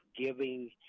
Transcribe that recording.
giving